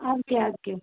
اَدٕ کیٛاہ اَدٕ کیٛاہ